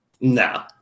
No